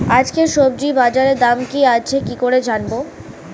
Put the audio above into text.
আজকে সবজি বাজারে দাম কি আছে কি করে জানবো?